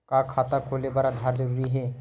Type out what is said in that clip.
का खाता खोले बर आधार जरूरी हे?